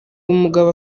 nk’umugabo